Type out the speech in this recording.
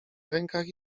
rękach